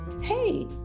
Hey